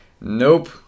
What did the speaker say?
nope